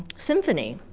symphony.